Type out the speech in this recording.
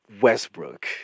Westbrook